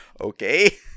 Okay